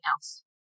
else